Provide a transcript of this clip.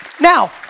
Now